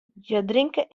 drinke